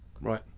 Right